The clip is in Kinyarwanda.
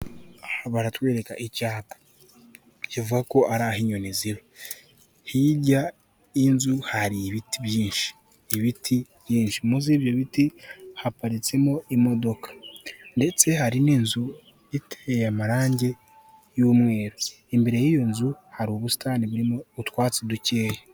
Aha baratwereka icyapa, kivuga ko ari aho inyoni ziba. Hirya y'inzu hari ibiti byinshi, ibiti byinshi. Munsi y'ibyo biti haparitsemo imodoka ndetse hari n'inzu iteye amarangi y'umweru. Imbere y'iyo nzu hari ubusitani burimo utwatsi dukeya.